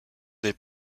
des